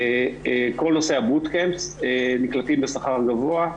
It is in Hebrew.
כל נושא ה-boot camps נקלטים בשכר גבוה,